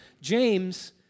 James